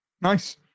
Nice